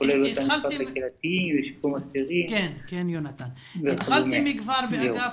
הכנתם לדון באגף